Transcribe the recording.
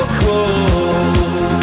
cold